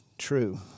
true